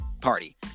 party